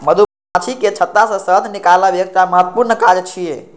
मधुमाछीक छत्ता सं शहद निकालब एकटा महत्वपूर्ण काज छियै